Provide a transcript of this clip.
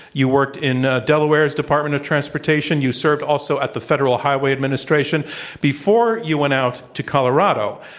you worked in delaware's department of transportation. you served also at the federal highway administration before you went out to colorado.